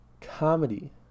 comedy